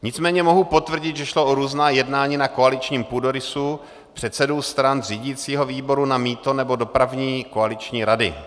Nicméně mohu potvrdit, že šlo o různá jednání na koaličním půdorysu předsedů stran, řídícího výboru na mýto nebo dopravní koaliční rady.